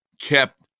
kept